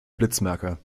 blitzmerker